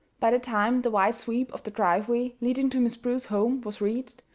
by the time the wide sweep of the driveway leading to miss prue's home was reached,